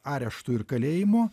areštu ir kalėjimu